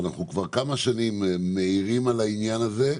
ואנחנו כבר כמה שנים מעירים על העניין הזה,